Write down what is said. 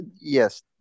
yes